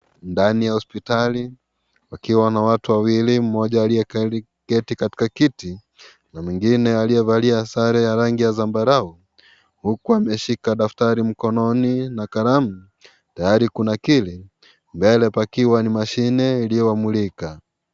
Ndani ya hospitali, pakiwa na watu wawili, mmoja aliyeketi kwenye kiti na mwingine aliyevalia sare ya rangi ya zambarau, huku ameshika daftari mkononi na kalamu, tayari kunakili. Mbele, pakiwa ni mashine yaliyowamulika.